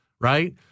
Right